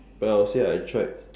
well I would say I tried